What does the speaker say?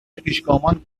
پیشگامان